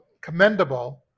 commendable